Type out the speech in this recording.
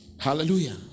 Hallelujah